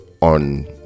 on